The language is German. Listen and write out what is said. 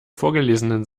vorgelesenen